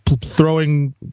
throwing